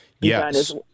Yes